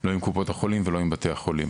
לא עם קופות החולים ולא עם בתי החולים.